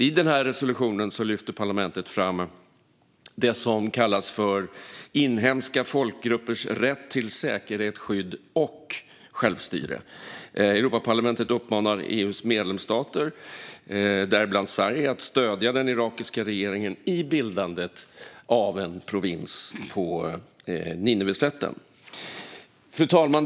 I resolutionen lyfter parlamentet fram det som kallas inhemska folkgruppers rätt till säkerhet, skydd och självstyre. Europaparlamentet uppmanar EU:s medlemsstater, däribland Sverige, att stödja den irakiska regeringen i bildandet av en provins på Nineveslätten. Fru talman!